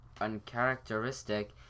uncharacteristic